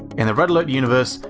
in the red alert universe,